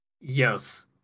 Yes